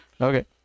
Okay